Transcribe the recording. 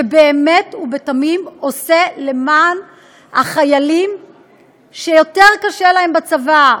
שבאמת ובתמים עושה למען החיילים שיותר קשה להם בצבא,